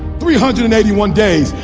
three hundred and eighty one days,